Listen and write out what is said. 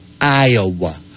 Iowa